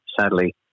sadly